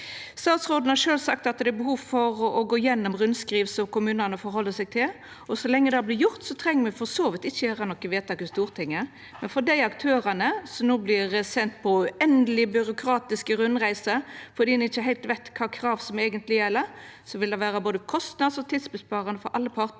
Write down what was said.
Statsråden har sjølv sagt at det er behov for å gå gjennom rundskriv som kommunane forheld seg til, og så lenge det vert gjort, treng me for så vidt ikkje å gjera noko vedtak i Stortinget. Men for dei aktørane som no vert sende på uendelege byråkratiske rundreiser fordi ein ikkje heilt veit kva krav som eigentleg gjeld, vil det vera både kostnads- og tidssparande for alle partar.